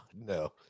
no